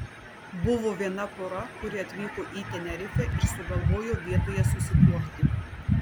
buvo viena pora kuri atvyko į tenerifę ir sugalvojo vietoje susituokti